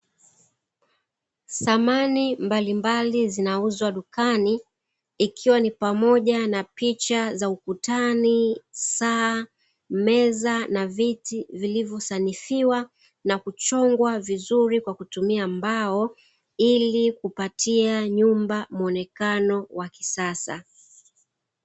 Samani mbalimbali zinauzwa dukani, ikiwa ni pamoja na picha za ukutani, saa, meza na viti vilivyo sanifiwa na kuchongwa vizuri kwa kutumia mbao ili kupatia nyumba mwonekano wa kisasa.